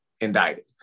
indicted